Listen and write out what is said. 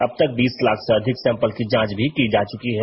अबतक बीस लाख से अधिक सैंपल की जांच भी की जा चुकी है